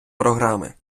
програми